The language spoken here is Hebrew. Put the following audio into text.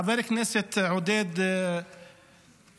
חבר הכנסת עודד פורר,